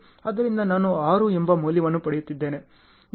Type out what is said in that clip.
ಆದ್ದರಿಂದ ನಾನು 6 ಎಂಬ ಮೌಲ್ಯವನ್ನು ಪಡೆಯುತ್ತಿದ್ದೇನೆ